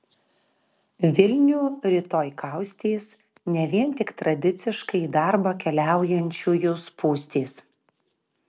vilnių rytoj kaustys ne vien tik tradiciškai į darbą keliaujančiųjų spūstys